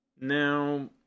Now